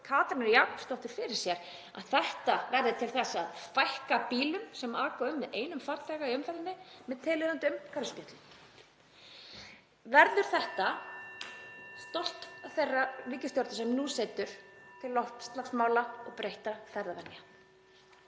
Katrínar Jakobsdóttur fyrir sér að þetta verði til þess að fækka bílum sem aka um með einum farþega í umferðinni með tilheyrandi umhverfisspjöllum? Verður þetta stolt þeirrar ríkisstjórnar sem nú situr til loftslagsmála og breyttra ferðavenja?